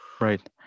Right